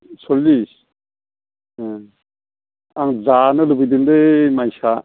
सल्लिस अ आं जानो लुबैदोंलै माइसा